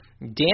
Dan